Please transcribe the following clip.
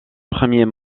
premiers